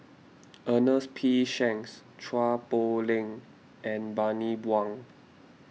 Ernest P Shanks Chua Poh Leng and Bani Buang